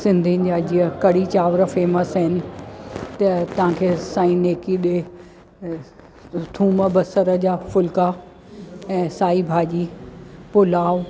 सिंधीयुनि जा जीअं कढ़ी चांवर फेमस आहिनि त तव्हांखे साई जेकी ॾिए थूम बसर जा फुल्का ऐं साई भाॼी पुलाव